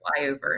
flyover